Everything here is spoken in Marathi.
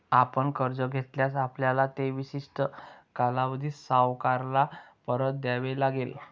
आपण कर्ज घेतल्यास, आपल्याला ते विशिष्ट कालावधीत सावकाराला परत द्यावे लागेल